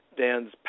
Dan's